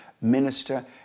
minister